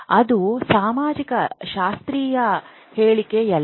ಅದು ಸಮಾಜಶಾಸ್ತ್ರೀಯ ಹೇಳಿಕೆಯಲ್ಲ